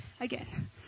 again